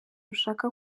ushaka